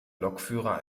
lokführer